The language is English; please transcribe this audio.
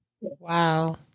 Wow